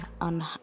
on